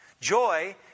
Joy